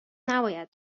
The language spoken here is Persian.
نباید